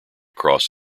cross